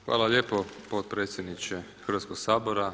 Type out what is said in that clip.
Hvala lijepo potpredsjedniče Hrvatskoga sabora.